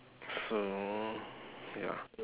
so ya